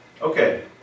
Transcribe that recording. Okay